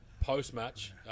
post-match